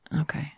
okay